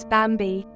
Bambi